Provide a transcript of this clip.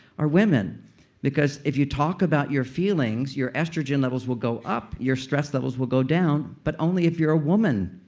are women because if you talk about your feelings, your estrogen levels will go up, your stress levels will go down, but only if you're a woman.